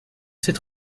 cette